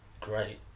great